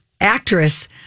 actress